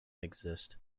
exist